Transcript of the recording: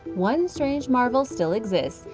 one strange marvel still exists,